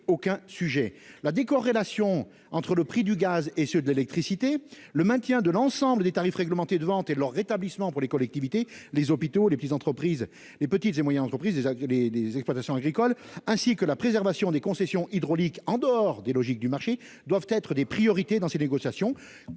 aucun sujet. La décorrélation entre les prix du gaz et ceux de l'électricité, le maintien de l'ensemble des tarifs réglementés de vente et leur rétablissement pour les collectivités, les hôpitaux, les petites et moyennes entreprises et les exploitations agricoles, ainsi que la préservation des concessions hydrauliques en dehors des logiques du marché, doivent être des priorités dans ces négociations.